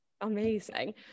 amazing